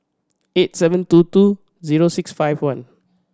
eight seven two two zero six five one